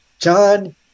John